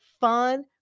fun